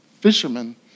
fishermen